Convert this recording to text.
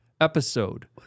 episode